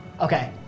Okay